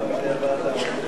חבר הכנסת אורי